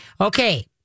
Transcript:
Okay